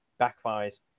backfires